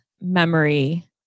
memory